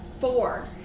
Four